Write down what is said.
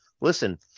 Listen